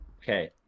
okay